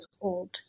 old